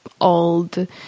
old